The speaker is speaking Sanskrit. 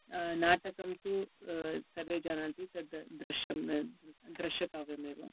नाटकं तु सर्वे जानन्ति तद् द्रश्य दृश्यकाव्यमेव